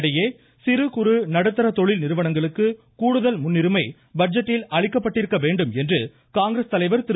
இதனிடையே சிறு குறு நடுத்தர தொழில் நிறுவனங்களுக்கு கூடுதல் முன்னுரிமை பட்ஜெட்டில் அளிக்கப்பட்டிருக்க வேண்டும் என்று காங்கிரஸ் தலைவர் திரு